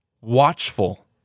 watchful